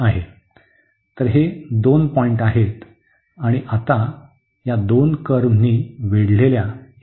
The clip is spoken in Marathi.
तर हे दोन पॉईंट आहेत आणि आता या दोन कर्व्हनी वेढलेल्या या भागाची एरिया मोजू